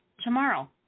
tomorrow